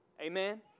Amen